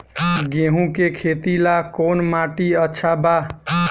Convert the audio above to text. गेहूं के खेती ला कौन माटी अच्छा बा?